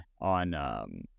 on